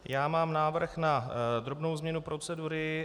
Já mám návrh na drobnou změnu procedury.